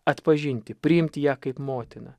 atpažinti priimti ją kaip motiną